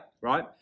Right